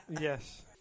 Yes